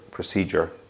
procedure